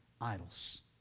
idols